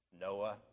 Noah